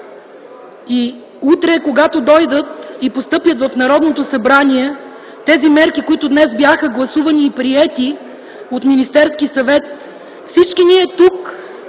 И утре, когато дойдат и постъпят в Народното събрание тези мерки, които днес бяха гласувани и приети от Министерския съвет, всички ние тук